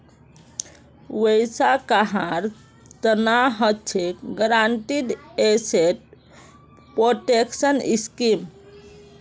वैसा कहार तना हछेक गारंटीड एसेट प्रोटेक्शन स्कीम